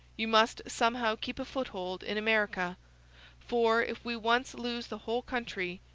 you must somehow keep a foothold in america for, if we once lose the whole country,